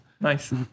Nice